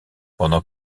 pendant